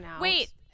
Wait